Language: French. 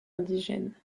indigène